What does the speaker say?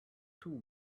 two